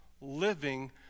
living